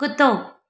कुतो